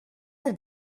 had